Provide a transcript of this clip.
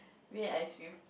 we had ice cream